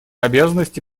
обязанности